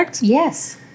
yes